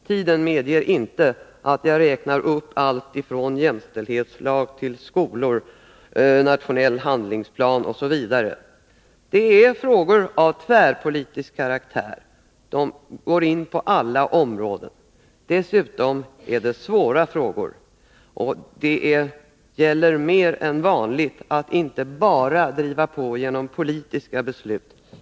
Tiden medger inte att jag räknar upp allt ifrån jämställdhetslag till skolor, nationell handlingsplan osv. Men det är frågor av tvärpolitisk karaktär. De går in på alla områden. Dessutom är det svåra frågor, och det gäller mer än vanligt att inte bara driva på genom politiska beslut.